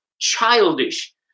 childish